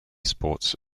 sports